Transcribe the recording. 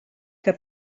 que